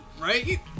Right